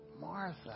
Martha